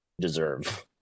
deserve